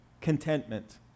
contentment